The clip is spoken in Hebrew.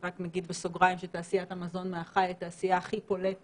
ורק נגיד בסוגריים שתעשיית המזון מן החי היא התעשייה הכי פולטת